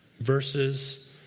Verses